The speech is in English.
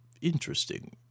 interesting